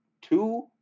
two